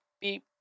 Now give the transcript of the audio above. Beep